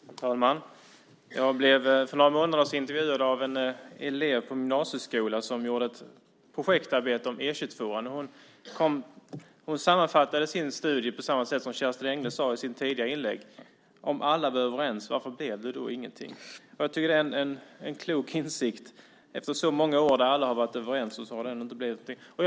Herr talman! Jag blev för några månader sedan intervjuad av en elev på en gymnasieskola som gjorde ett projektarbete om E 22:an. Hon sammanfattade sin studie på samma sätt som Kerstin Engle sade i sitt tidigare inlägg: Om alla var överens, varför blev det då ingenting? Jag tycker att det är en klok insikt efter så många år där alla har varit överens och det ändå inte har blivit någonting.